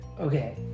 Okay